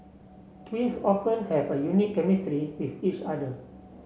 twins often have a unique chemistry with each other